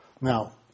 Now